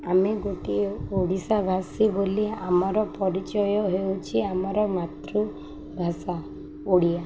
ଆମେ ଗୋଟିଏ ଓଡ଼ିଶା ଭାଷୀ ବୋଲି ଆମର ପରିଚୟ ହେଉଛି ଆମର ମାତୃଭାଷା ଓଡ଼ିଆ